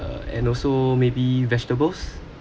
uh and also maybe vegetables